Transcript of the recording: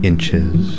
Inches